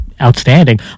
outstanding